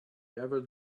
ever